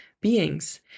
beings